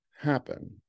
happen